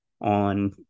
on